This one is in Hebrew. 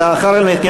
ולאחר מכן,